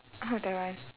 oh that one